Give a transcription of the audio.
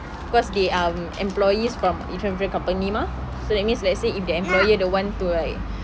because they um employees from different different company mah so that means let's say if the employer don't want to like